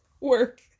Work